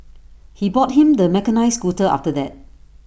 he bought him the mechanised scooter after that